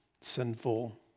sinful